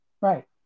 Right